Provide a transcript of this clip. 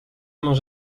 mangé